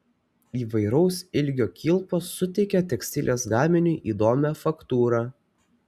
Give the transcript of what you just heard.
įvairaus ilgio kilpos suteikia tekstilės gaminiui įdomią faktūrą